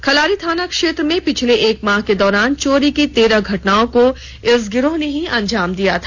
खलारी थाना क्षेत्र में पिछले एक माह के दौरान चोरी की तेरह घटनाओं को इस गिरोह ने अंजाम दिया था